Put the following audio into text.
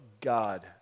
God